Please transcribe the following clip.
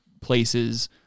places